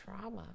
trauma